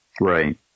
right